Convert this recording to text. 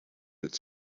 its